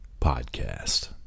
Podcast